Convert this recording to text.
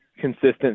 consistent